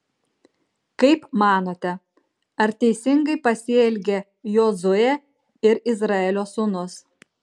kaip manote ar teisingai pasielgė jozuė ir izraelio sūnus